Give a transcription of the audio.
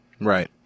Right